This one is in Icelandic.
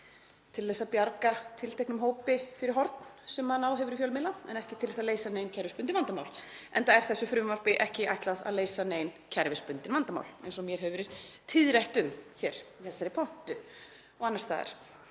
til að bjarga tilteknum hópi fyrir horn sem náð hefur í fjölmiðla en ekki til að leysa nein kerfisbundin vandamál, enda er þessu frumvarpi ekki ætlað að leysa nein kerfisbundin vandamál, eins og mér hefur verið tíðrætt um hér í þessari pontu og annars staðar.